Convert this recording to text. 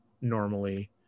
normally